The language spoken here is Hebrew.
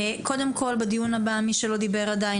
קודם כל בדיון הבא מי שלא דיבר עדיין,